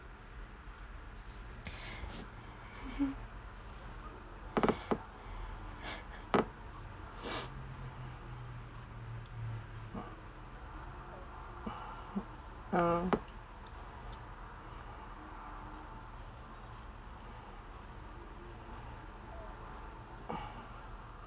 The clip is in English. uh